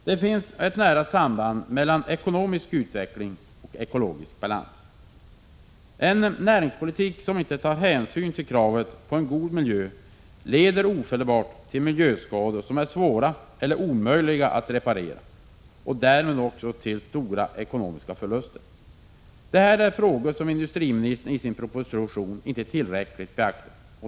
Det finns ett nära samband mellan ekonomisk utveckling och ekologisk balans. En näringspolitik som inte tar hänsyn till kravet på en god miljö leder ofelbart till miljöskador som är svåra eller omöjliga att reparera och därmed till stora ekonomiska förluster. Det här är frågor som industriministern i sin proposition inte tillräckligt beaktat.